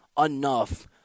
enough